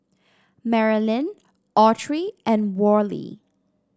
Merilyn Autry and Worley